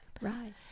Right